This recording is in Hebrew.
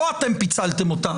לא אתם פיצלתם אותה.